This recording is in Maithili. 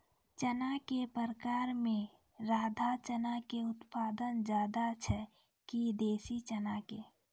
चना के प्रकार मे राधा चना के उत्पादन ज्यादा छै कि देसी चना के?